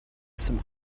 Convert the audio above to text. some